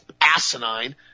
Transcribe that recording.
asinine